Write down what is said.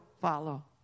follow